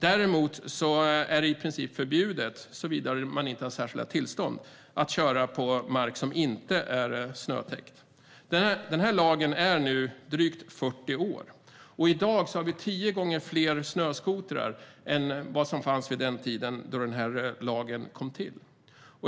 Däremot är det i princip förbjudet att köra på mark som inte är snötäckt, såvida man inte har särskilda tillstånd. Den här lagen är nu drygt 40 år gammal. I dag har vi tio gånger fler snöskotrar än vad som fanns vid den tid då lagen kom till.